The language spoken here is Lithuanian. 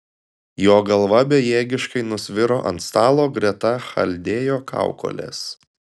jo galva bejėgiškai nusviro ant stalo greta chaldėjo kaukolės